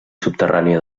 subterrània